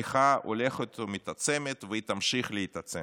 המחאה הולכת ומתעצמת, והיא תמשיך להתעצם.